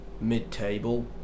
mid-table